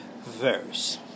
verse